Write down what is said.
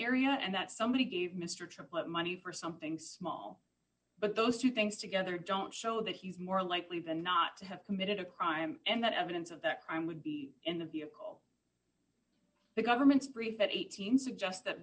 area and that somebody gave mr triplett money for something small but those two dollars things together don't show that he's more likely than not to have committed a crime and that evidence of that crime would be in the vehicle the government's brief at eighteen suggests that